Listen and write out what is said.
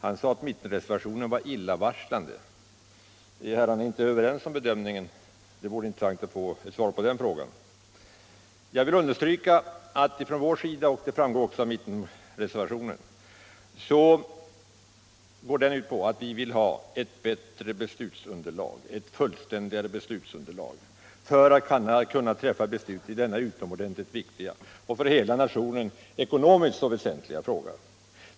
Han påstod att mittenreservationen var illavarslande. Är herrarna inte överens om bedömningen? Det vore intressant att få ett svar på den frågan. Jag vill understryka att vi, och det framgår också av mittenreservationen, vill ha ett fullständigare beslutsunderlag för att kammaren skall kunna träffa beslut i denna utomordentligt viktiga och för hela nationen ekonomiskt så väsentliga fråga.